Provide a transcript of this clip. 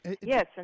Yes